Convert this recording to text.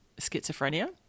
schizophrenia